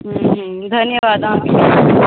हँ धन्यवाद अहाँके